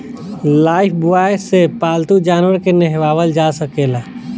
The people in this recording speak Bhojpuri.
लाइफब्वाय से पाल्तू जानवर के नेहावल जा सकेला